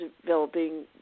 developing